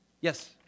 Yes